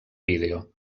vídeo